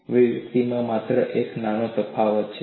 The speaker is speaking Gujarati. અભિવ્યક્તિમાં માત્ર એક નાનો તફાવત છે